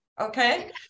okay